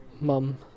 Mum